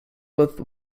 with